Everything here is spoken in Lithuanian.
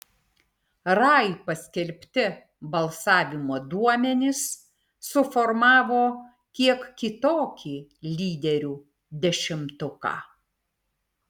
rai paskelbti balsavimo duomenys suformavo kiek kitokį lyderių dešimtuką